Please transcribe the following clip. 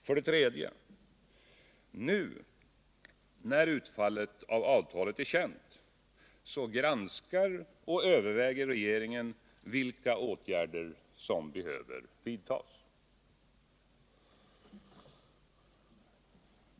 För det tredje: Nu, när utfallet av avtalet är känt, granskar och överväger regeringen vilka åtgärder som behöver vidtas.